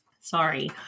sorry